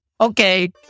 okay